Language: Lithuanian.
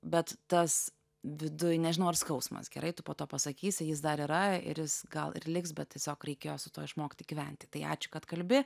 bet tas viduj nežinau ar skausmas gerai tu po to pasakysi jis dar yra ir jis gal ir liks bet tiesiog reikėjo su tuo išmokti gyventi tai ačiū kad kalbi